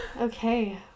okay